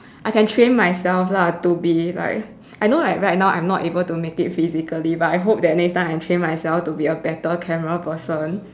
I can train myself lah to be like I know that right now I'm not able to make it physically but I hope that next time I train myself to be a better camera person